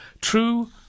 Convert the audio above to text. True